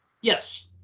Yes